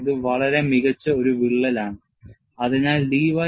ഇത് വളരെ മികച്ച ഒരു വിള്ളലാണ് അതിനാൽ dy equal to 0